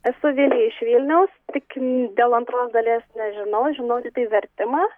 esu vilija iš vilniaus tik dėl antros dalies nežinau žinau tiktai vertimą